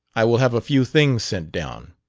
i will have a few things sent down.